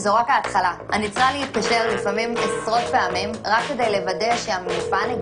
אני רוצה להגיד תודה לוועדה ביום החשוב הזה.